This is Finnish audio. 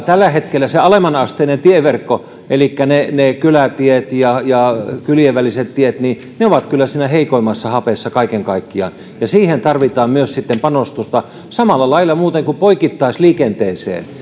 tällä hetkellä se alemmanasteinen tieverkko ne ne kylätiet ja ja kylien väliset tiet on kyllä heikoimmassa hapessa kaiken kaikkiaan ja siihen tarvitaan myös panostusta samalla lailla muuten kuin poikittaisliikenteeseen